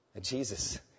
Jesus